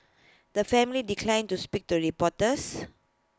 the family declined to speak to reporters